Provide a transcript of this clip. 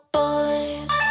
boys